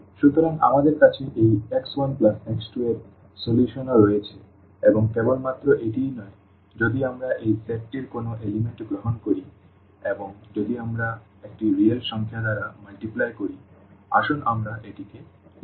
সুতরাং আমাদের কাছে এই x1x2 এর সমাধানও রয়েছে এবং কেবলমাত্র এটিই নয় যদি আমরা এই সেটটির কোনও উপাদান গ্রহণ করি এবং যদি আমরা একটি রিয়েল সংখ্যা দ্বারা গুণ করি সুতরাং আসুন আমরা এটিকে বলি